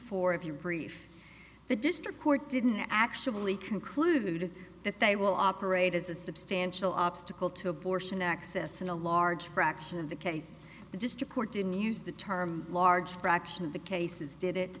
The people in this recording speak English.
four of your brief the district court didn't actually conclude that they will operate as a substantial obstacle to abortion access and a large fraction of the case the district court didn't use the term large fraction of the cases did it